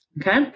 Okay